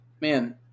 man